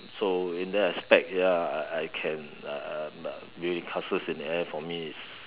so in that aspect ya I I can uh building castles in the air for me is